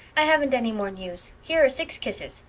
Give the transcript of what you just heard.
i haven't any more news. here are six kisses.